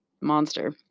monster